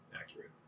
accurate